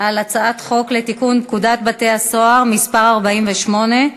על הצעת חוק לתיקון פקודת בתי-הסוהר (מס' 48)